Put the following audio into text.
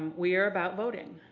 we are about voting.